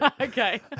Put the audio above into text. Okay